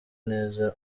neza